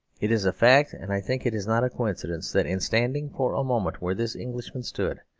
it is a fact, and i think it is not a coincidence, that in standing for a moment where this englishman stood,